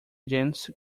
gents